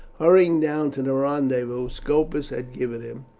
hurrying down to the rendezvous scopus had given him,